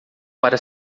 para